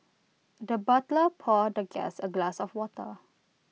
the butler poured the guest A glass of water